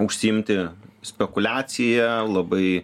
užsiimti spekuliacija labai